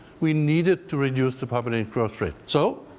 we needed to reduce the poverty growth rate. so,